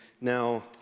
now